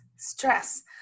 stress